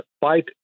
fight